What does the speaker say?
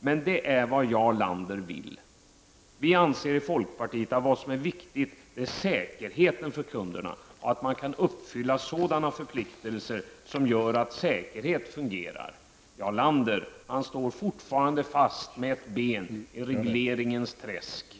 Men det är vad Jarl Lander vill. Vi anser i folkpartiet att vad som är viktigt är säkerheten för kunderna, att man kan uppfylla sådana förpliktelser som gör att säkerheten fungerar. Jarl Lander står fortfarande fast med ett ben i regleringens träsk.